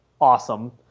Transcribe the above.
awesome